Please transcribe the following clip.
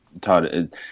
Todd